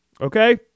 okay